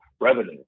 revenue